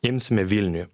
imsime vilniuje